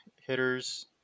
hitters